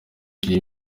iyi